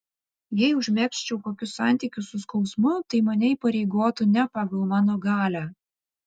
jei užmegzčiau kokius santykius su skausmu tai mane įpareigotų ne pagal mano galią